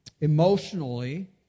emotionally